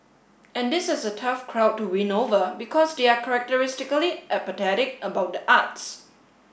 and this is a tough crowd to win over because they are characteristically apathetic about the arts